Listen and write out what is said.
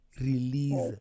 Release